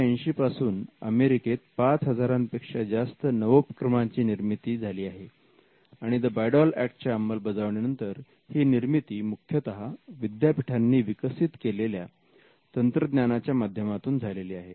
1980 पासून अमेरिकेत पाच हजारांपेक्षा जास्त नवोपक्रमाची निर्मिती झालेली आहे आणि the Bayh Dole Act च्या अंमलबजावणीनंतर ही निर्मिती मुख्यतः विद्यापीठांनी विकसित केलेल्या तंत्रज्ञानाच्या माध्यमातून झालेली आहे